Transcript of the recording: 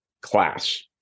class